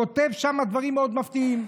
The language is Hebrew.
כותב דברים מאוד מפתיעים.